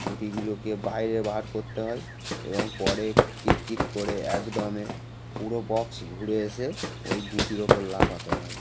গুটিগুলোকে বাইরে বার করতে হয় এবং পরে কিতকিত করে এক দমে পুরো বক্স ঘুরে এসে ওই গুটির ওপর লাফাতে হয়